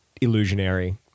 illusionary